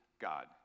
God